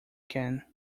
can